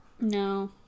No